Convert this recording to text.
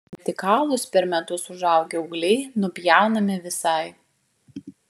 vertikalūs per metus užaugę ūgliai nupjaunami visai